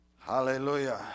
Hallelujah